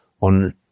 on